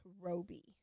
Roby